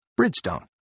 Bridgestone